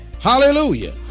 Hallelujah